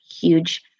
huge